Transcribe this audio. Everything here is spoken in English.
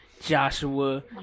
Joshua